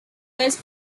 first